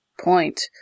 point